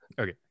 okay